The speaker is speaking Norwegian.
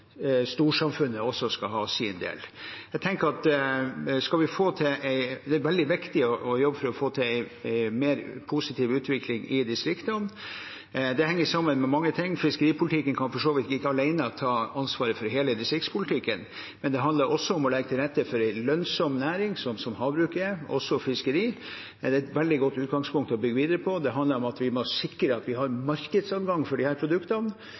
storsamfunnet også skal ha sin del. Det er veldig viktig å jobbe for å få til en mer positiv utvikling i distriktene. Det henger sammen med mange ting. Fiskeripolitikken kan for så vidt ikke alene ta ansvaret for hele distriktspolitikken. Det handler også om å legge til rette for en lønnsom næring, som havbruket er, og også fiskeriet. Det er et veldig godt utgangspunkt å bygge videre på. Det handler om at vi må sikre at vi har markedsadgang for disse produktene,